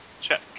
Check